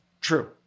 true